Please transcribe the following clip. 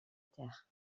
terre